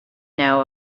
know